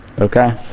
Okay